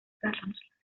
залгамжлагч